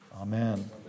Amen